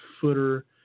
footer